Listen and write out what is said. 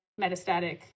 metastatic